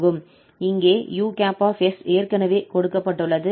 இங்கே us ஏற்கனவே கொடுக்கப்பட்டுள்ளது